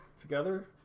together